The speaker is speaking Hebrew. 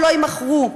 שלא יימכרו.